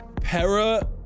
Para